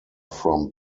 from